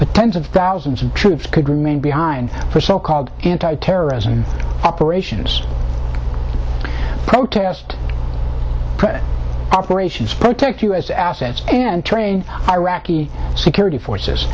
tend thousands of troops could remain behind for so called anti terrorism operations protest operations protect u s assets and train iraqi security forces